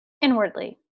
inwardly